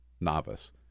novice